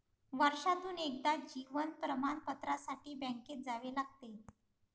वर्षातून एकदा जीवन प्रमाणपत्रासाठी बँकेत जावे लागते